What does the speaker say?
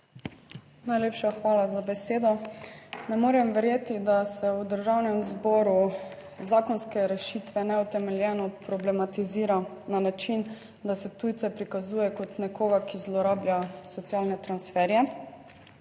Najlepša hvala za besedo. Ne morem verjeti, da se v Državnem zboru zakonske rešitve neutemeljeno problematizira na način, da se tujce prikazuje kot nekoga, ki zlorablja socialne transferje.